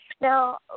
Now